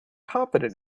confident